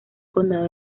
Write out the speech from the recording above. condado